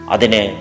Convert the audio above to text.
Adine